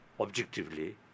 objectively